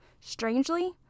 Strangely